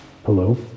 Hello